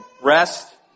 rest